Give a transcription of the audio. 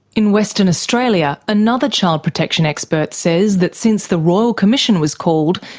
in western australia, another child protection expert says that since the royal commission was called,